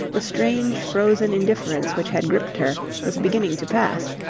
the strange frozen indifference which had gripped her was beginning to pass,